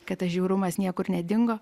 kad tas žiaurumas niekur nedingo